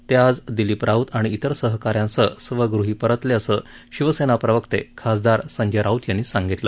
ते आज दिलीप राऊत आणि इतर सहकाऱ्यांसह स्वगृही परतले असं शिवसेना प्रवक्ते खासदार संजय राऊत यांनी सांगितलं